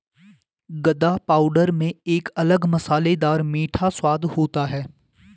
गदा पाउडर में एक अलग मसालेदार मीठा स्वाद होता है